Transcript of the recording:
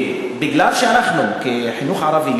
מכיוון שאנחנו בחינוך הערבי,